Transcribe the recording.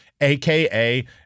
aka